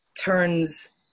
turns